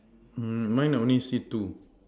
mm mine only see two